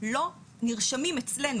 לא נרשמים אצלנו,